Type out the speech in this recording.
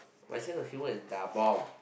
my sense of humour is da bomb